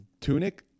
Tunic